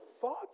thoughts